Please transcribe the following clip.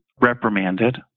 reprimanded